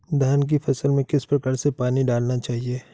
धान की फसल में किस प्रकार से पानी डालना चाहिए?